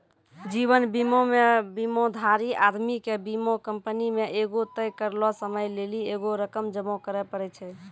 जीवन बीमा मे बीमाधारी आदमी के बीमा कंपनी मे एगो तय करलो समय लेली एगो रकम जमा करे पड़ै छै